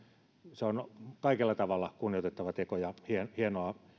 se on kaikella tavalla kunnioitettava teko ja hienoa